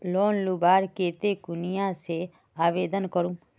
Loan लुबार केते कुनियाँ से आवेदन करूम?